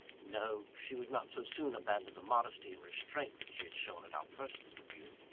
no she would not so soon abandon the modesty and restraint that she had shown at our first interview.